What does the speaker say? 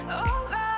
alright